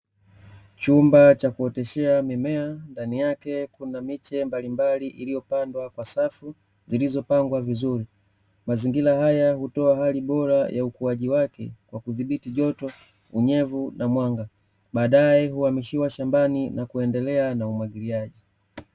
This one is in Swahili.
Chumba cha kuoteshea mimea ndani yake kuna miche mbalimbali iliyopandwa kwa safu zilizopangwa vizuri, mazingira haya hutoa hali bora ya ukuaji wake kwa kudhibiti joto, unyevu na mwanga, baadae huhamishiwa shambani na kuendelea na umwagiliaji.